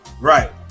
Right